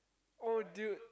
oh dude